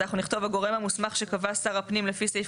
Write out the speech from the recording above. אז אנחנו נכתוב הגורם המוסמך שקבע שר הפנים לפי סעיף